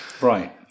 Right